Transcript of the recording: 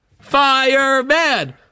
Fireman